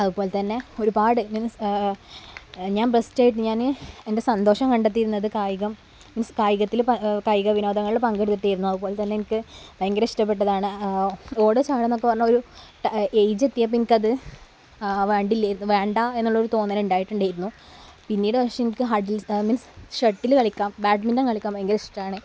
അതുപോലെതന്നെ ഒരുപാട് മീൻസ് ഞാൻ ബെസ്റ്റായിട്ട് ഞാൻ എൻ്റെ സന്തോഷം കണ്ടെത്തിയിരുന്നത് കായികം മീൻസ് കായികത്തിൽ പ കായിക വിനോദങ്ങളിൽ പങ്കെടുത്തിരുന്നു അതുപോലെ തന്നെ എനിക്ക് ഭയങ്കര ഇഷ്ടപ്പെട്ടതാണ് ആ ഓടുക ചാടുകയെന്നൊക്കെ പറഞ്ഞാൽ ഒരു ഏജെത്തിയപ്പോൾ എനിക്കത് വേണ്ടില്ലായിരുന്നു വേണ്ടാ എന്നുള്ളൊരു തോന്നലുണ്ടായിട്ടുണ്ടായിരുന്നു പിന്നീട് പക്ഷേ എനിക്ക് ഹഡിൽസ് മീൻസ് ഷട്ടിൽ കളിക്കാം ബാഡ്മിൻറ്റൺ കളിക്കാൻ ഭയങ്കര ഇഷ്ടമാണ്